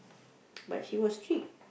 but she was strict